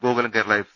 Gokulam Kerala F